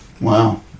Wow